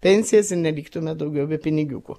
pensijas ir neliktumėt daugiau be pinigiukų